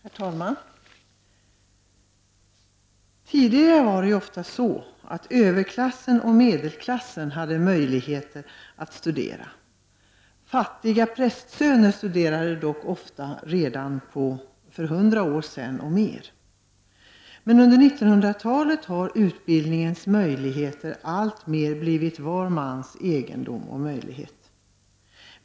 Herr talman! Tidigare var det ofta så att överklassen och medelklassen hade möjlighet att studera. Fattiga prästsöner studerade dock ofta redan för 100 år sedan och mer. Men under 1990-talet har möjligheten till utbildning alltmer blivit var mans egendom.